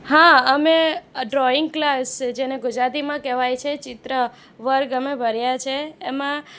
હા અમે આ ડ્રોઈંગ ક્લાસ છે જેને ગુજરાતીમાં કહેવાય છે ચિત્ર વર્ગ અમે ભર્યા છે એમાં